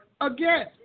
again